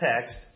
text